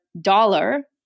dollar